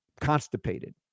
constipated